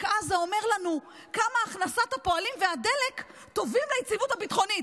עזה אומר לנו כמה הכנסת הפועלים והדלק טובים ליציבות הביטחונית.